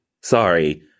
Sorry